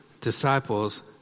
disciples